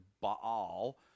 Baal